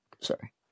Sorry